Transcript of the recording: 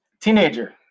teenager